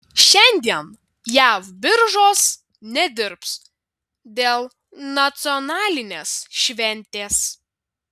šiandien jav biržos nedirbs dėl nacionalinės šventės